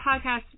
podcast